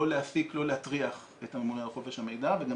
לא להטריח את הממונה על חופש המידע וגם